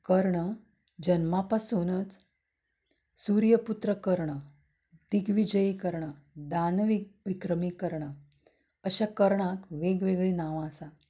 कर्ण जल्मा पासूनच सुर्यपूत्र कर्ण दिग्विजयी कर्ण दानविक्रमी कर्ण अशीं कर्णाक वेगवेगळीं नांवां आसात